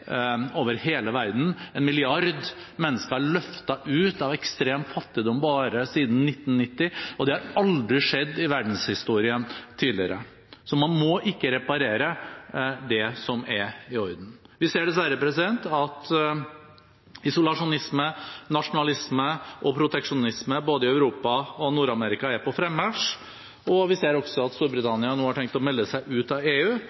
over hele verden. Én milliard mennesker er løftet ut av ekstrem fattigdom bare siden 1990. Det har aldri tidligere i verdenshistorien skjedd. Så man må ikke reparere det som er i orden. Vi ser dessverre at isolasjonisme, nasjonalisme og proteksjonisme både i Europa og i Nord-Amerika er på frammarsj. Og vi ser at Storbritannia har tenkt å melde seg ut av EU.